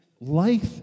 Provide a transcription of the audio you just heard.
Life